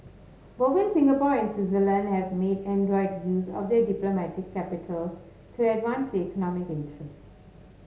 both Singapore and Switzerland have made adroit use of their diplomatic capital to advance their economic interests